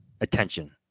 attention